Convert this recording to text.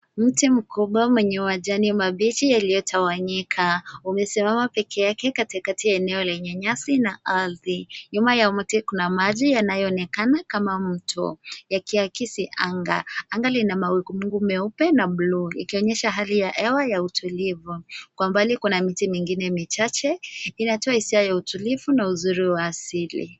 Mti mkubwa wenye majani mabichi yaliyotawanyika. Umesimama peke yake katikati ya eneo lenye nyasi na ardhi. Nyuma ya mti kuna maji yanayoonekana kama mto, yakiakisi anga. Anga lina mawingu meupe na bluu, ikionyesha hali ya hewa ya utulivu. Kwa mbali kuna miti mingine michache inatoa hisia ya utulivu na uzuri wa asili.